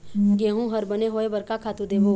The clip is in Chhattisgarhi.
गेहूं हर बने होय बर का खातू देबो?